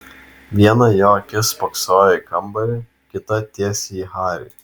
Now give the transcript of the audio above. viena jo akis spoksojo į kambarį kita tiesiai į harį